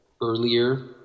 earlier